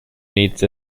need